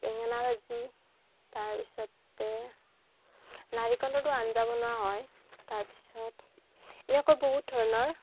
বেঙেনা ভাজি তাৰপিছতে নাৰিকলৰো আঞ্জা বনোৱা হয় তাৰপিছত এনেকুৱা বহুত ধৰণৰ